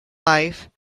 life